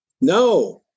No